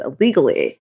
illegally